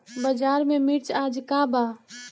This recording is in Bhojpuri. बाजार में मिर्च आज का बा?